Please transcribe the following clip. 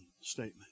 statement